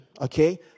okay